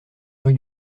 rue